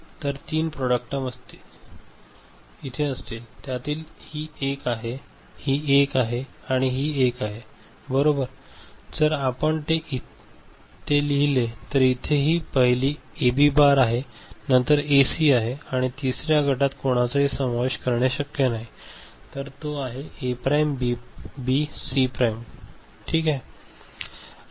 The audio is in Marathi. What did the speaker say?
तर तीन प्रॉडक्ट टर्म इथे असतील त्यातील ही एक आहे ही एक आहे आणि ही एक आहे बरोबर आणि जर आपण ते लिहिले तर इथे ही पहिली एबी बार आहे नंतर ही एसी आहे आणि तिसऱ्या गटात कोणाचाही समावेश करणे शक्य नाही तर तो आहे A prime B C prime ठीक आहे